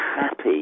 happy